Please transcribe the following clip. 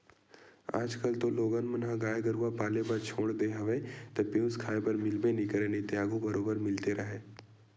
आजकल तो लोगन मन ह गाय गरुवा पाले बर छोड़ देय हवे त पेयूस खाए बर मिलबे नइ करय नइते आघू बरोबर मिलते राहय